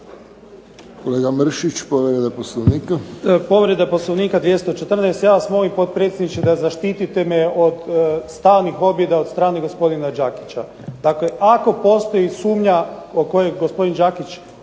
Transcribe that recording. Kolega Mršić, povreda Poslovnika.